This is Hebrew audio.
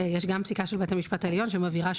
יש גם פסיקה של בית המשפט העליון שמבהירה,